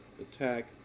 attack